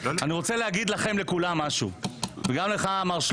אני רוצה להגיד לכולם וגם לך חברי היקר,